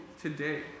today